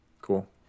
Cool